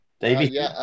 David